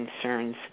concerns